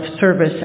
service